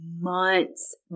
months